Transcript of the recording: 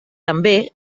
també